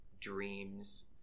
dreams